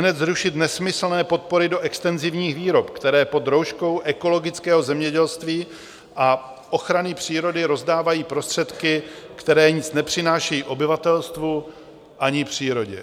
Ihned zrušit nesmyslné podpory do extenzivních výrob, které pod rouškou ekologického zemědělství a ochrany přírody rozdávají prostředky, které nic nepřinášejí obyvatelstvu ani přírodě.